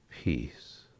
peace